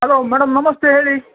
hello madam ನಮಸ್ತೇ ಹೇಳಿ